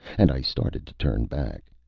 and i started to turn back.